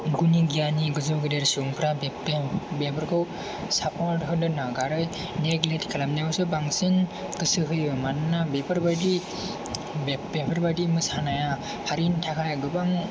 गुनि गियानि गोजौ गेदेर सुबुंफ्रा बेयाव बेफोरखौ सापर्ट होनो नागारै नेग्लेक्ट खालामनायावसो बांसिन गोसो होयो मानोना बेफोरबायदि बे बेफोरबादि मोसानाया हारिनि थाखाय गोबां